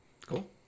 Cool